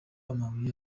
amabuye